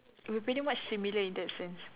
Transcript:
we're pretty much similar in that sense